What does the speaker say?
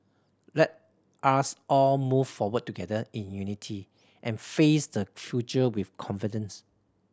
let us all move forward together in unity and face the future with confidence